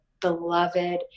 beloved